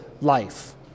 life